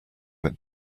that